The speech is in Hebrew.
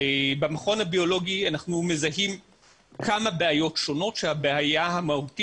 במכון הביולוגי אנחנו מזהים כמה בעיות שונות כשהבעיה המהותית